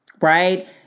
Right